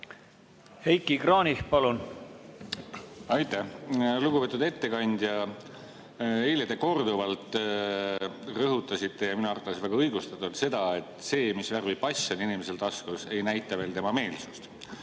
Heiki Kranich, palun! Aitäh! Lugupeetud ettekandja! Eile te korduvalt rõhutasite – ja minu arvates väga õigustatult – seda, et see, mis värvi pass on inimesel taskus, ei näita veel tema meelsust